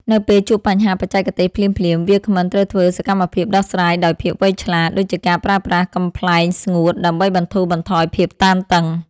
នៅពេលជួបបញ្ហាបច្ចេកទេសភ្លាមៗ វាគ្មិនត្រូវធ្វើសកម្មភាពដោះស្រាយដោយភាពវៃឆ្លាត ដូចជាការប្រើប្រាស់កំប្លែងស្ងួតដើម្បីបន្ធូរបន្ថយភាពតានតឹង។